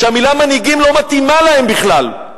שהמלה "מנהיגים" לא מתאימה להם בכלל.